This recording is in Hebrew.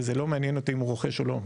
וזה לא מעניין אותי אם הוא רוכש או לא.